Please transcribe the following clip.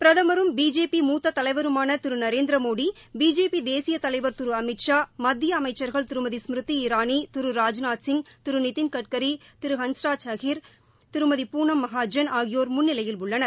பிரதமரும் பிஜேபி மூத்த தலைவருமான திரு நரேந்திர மோடி பிஜேபி தேசிய தலைவர் திரு அமித் ஷா மத்திய அமைச்சர்கள் திருமதி ஸ்மிருதி இராளி திரு ராஜ்நாத் சிங் திரு நிதின்கட்கரி திரு ஹன்ஸ்ராஜ் அஹிர் திருமதி பூனம் மகாஜன் ஆகியோர் முன்னிலையில் உள்ளனர்